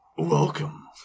Welcome